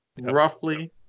roughly